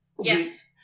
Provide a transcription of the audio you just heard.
Yes